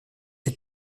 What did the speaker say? est